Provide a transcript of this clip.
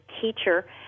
teacher